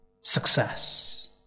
success